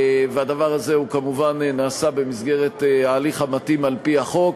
והדבר הזה כמובן נעשה במסגרת ההליך המתאים על-פי החוק.